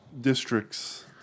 districts